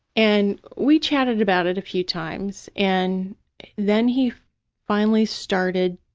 and we chatted about it a few times, and then he finally started